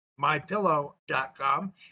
MyPillow.com